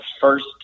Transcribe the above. first